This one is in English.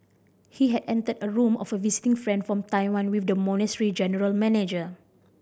he had entered a room of a visiting friend from Taiwan with the monastery general manager